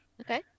Okay